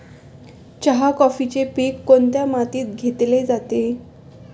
चहा, कॉफीचे पीक कोणत्या मातीत घेतले जाते?